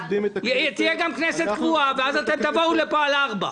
תהיה גם כנסת קבועה ואז אתם תבואו לפה על ארבע.